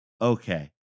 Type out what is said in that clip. Okay